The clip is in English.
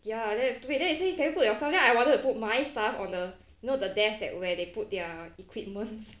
ya then I stupid then I say can you put your stuff then I wanted to put my stuff on the you know the desk that where they put their equipments